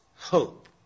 Hope